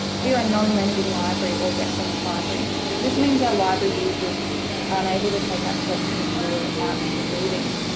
we are a non-lending library or reference library. so this means our library users are unable to take our collection material out of the building.